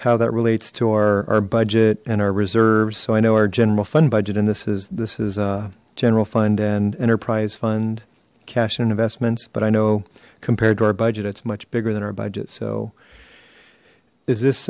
how that relates to our our budget and our reserves so i know our general fund budget and this is this is a general fund and enterprise fund cash and investments but i know compared to our budget it's much bigger than our budget so is